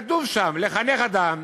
כתוב שם: לחנך אדם